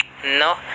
No